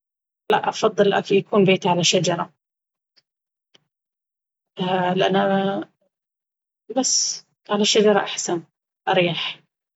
لا أفضل يكون بيت على شجرة لأن بس على شجرة أحسن… أريح!